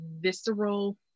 visceral